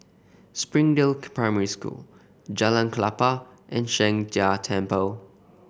Springdale Primary School Jalan Klapa and Sheng Jia Temple